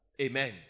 Amen